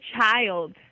child